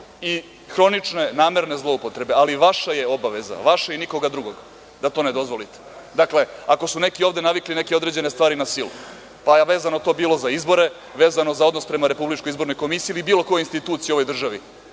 i hronične namerne zloupotrebe, ali vaša je obaveza, vaša nikoga drugog, da to ne dozvolite. Dakle, ako su neki ovde navikli neke određene stvari na silu, pa vezano to bilo za izbore, vezano za odnos prema RIK ili bilo kojoj instituciji u ovoj državi,